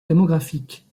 démographique